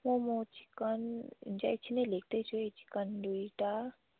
momo chicken हुन्छ एकछिन है लेख्दैछु है चिकन दुइटा